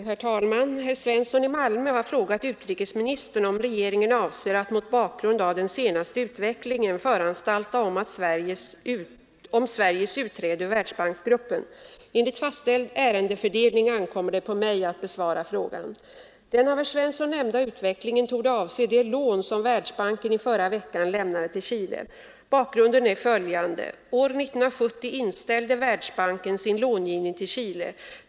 Herr talman! Herr Svensson i Malmö har frågat utrikesministern om regeringen avser att mot bakgrund av den senaste utvecklingen föranstalta om Sveriges utträde ur Världsbanksgruppen. Enligt fastställd ärendefördelning ankommer det på mig att besvara frågan. Den av herr Svensson nämnda utvecklingen torde avse det lån som Världsbanken i förra veckan lämnade till Chile. Bakgrunden är följande. År 1970 inställde Världsbanken sin långivning till Chile.